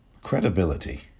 Credibility